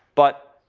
but